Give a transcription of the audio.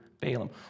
Balaam